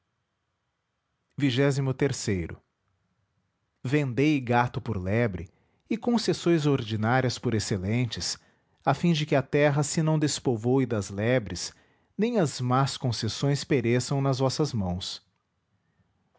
o endei gato por lebre e concessões ordinárias por excelentes a fim de que a terra se não despovoe das lebres nem as más concessões pereçam nas vossas mãos